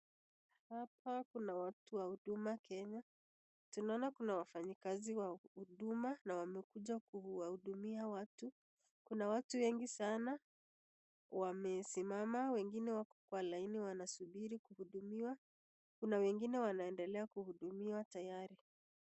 Hapa kuna watu wa huduma Kenya ,tunaona kuna wafanyikazi wa huduma na wamekuja kuwahudumia watu, kuna watu wengi sana, wamesimama, wengine wako kwa laini wanasubiri kuhudumiwa, kuna wengine wanaendela kuhudumiwa tayari.